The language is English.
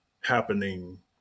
happening